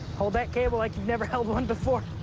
hold that cable like never held one before.